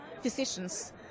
physicians